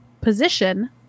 position